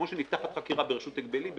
כמו שנפתחת חקירה ברשות ההגבלים,